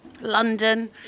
London